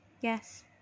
Yes